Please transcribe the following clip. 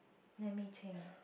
let me think